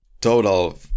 total